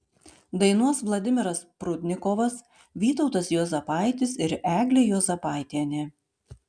dainuos vladimiras prudnikovas vytautas juozapaitis ir eglė juozapaitienė